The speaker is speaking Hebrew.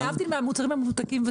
להבדיל מהמוצרים הממותקים,